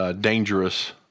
dangerous